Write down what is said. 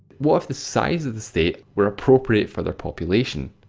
what if the size of the states were appropriate for their population.